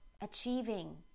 achieving